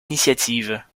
initiative